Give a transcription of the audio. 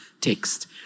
text